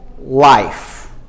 life